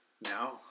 Now